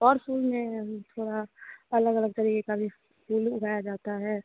और फूल में अभी थोड़ा अलग अलग तरीके के भी फूल उगाए जाते हैं